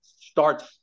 starts